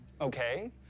Okay